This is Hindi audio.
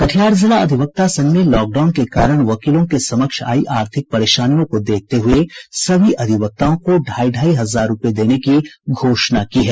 कटिहार जिला अधिवक्ता संघ ने लॉकडाउन के कारण वकीलों के समक्ष आयी आर्थिक परेशानियों को देखते हुए सभी अधिवक्ताओं को ढाई ढाई हजार रूपये देने की घोषणा की है